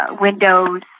windows